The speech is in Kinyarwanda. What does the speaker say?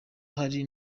hari